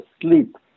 sleep